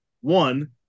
one